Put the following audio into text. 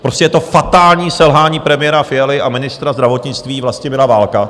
Prostě je to fatální selhání premiéra Fialy a ministra zdravotnictví Vlastimila Válka.